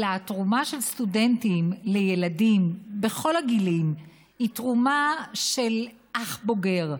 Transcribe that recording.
אלא התרומה של סטודנטים לילדים בכל הגילים היא תרומה של אח בוגר,